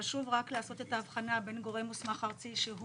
חשוב רק לעשות את ההבחנה בין גורם מוסמך ארצי שהוא